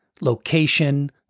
location